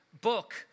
book